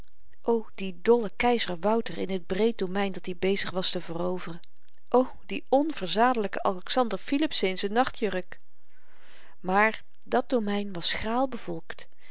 o die dolle keizer wouter in t breed domein dat-i bezig was te veroveren o die onverzadelyke alexander philipse in z'n nachtjurk maar dat domein was schraal bevolkt